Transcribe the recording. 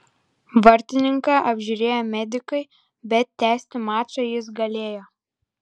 vartininką apžiūrėjo medikai bet tęsti mačą jis galėjo